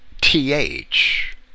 TH